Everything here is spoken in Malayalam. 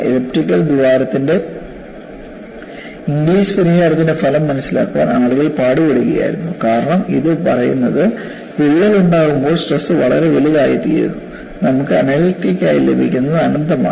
എലിപ്റ്റിക്കൽ ദ്വാരത്തിന്റെ ഇംഗ്ലിസ് പരിഹാരത്തിന്റെ ഫലം മനസിലാക്കാൻ ആളുകൾ പാടുപെടുകയായിരുന്നു കാരണം ഇത് പറയുന്നത് വിള്ളൽ ഉണ്ടാകുമ്പോൾ സ്ട്രെസ് വളരെ വലുതായിത്തീരുന്നു നമുക്ക് അനലിറ്റിക്കായി ലഭിക്കുന്നത് അനന്തമാണ്